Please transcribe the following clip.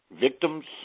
victims